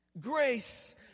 Grace